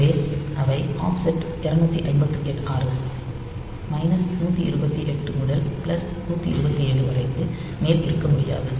எனவே அவை ஆஃப்செட் 256 128 முதல் 127 வரை க்கு மேல் இருக்கக முடியாது